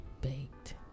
Baked